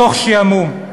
מתוך שעמום.